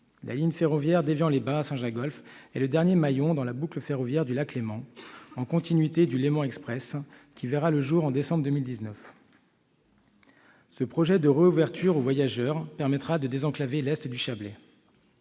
La ligne ferroviaire d'Évian-les-Bains à Saint-Gingolph est le dernier maillon dans la boucle ferroviaire du lac Léman, en continuité du Léman Express, qui verra le jour en décembre 2019. SNCF Réseau a donné son feu vert à ce projet de réouverture aux voyageurs, qui permettra de désenclaver l'est du Chablais.